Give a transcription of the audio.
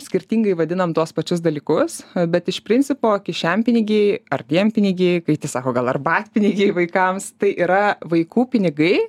skirtingai vadinam tuos pačius dalykus bet iš principo kišenpinigiai ar dienpinigiai kiti sako gal arbatpinigiai vaikams tai yra vaikų pinigai